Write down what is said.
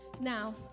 Now